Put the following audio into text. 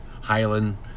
Highland